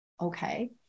okay